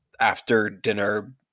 after-dinner